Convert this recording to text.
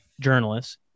journalists